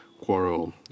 quarrel